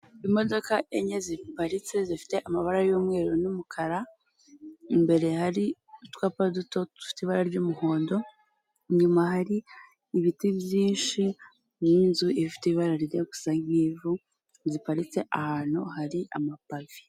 Imodoka enye ziparitse zifite amabara y'umweru n'umukara, imbere hari utwapa duto dufite ibara ry'umuhondo, inyuma hari ibiti byinshi n'inzu ifite ibara rirya gusa nk'ivu ziparitse ahantu hari amapave.